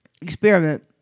experiment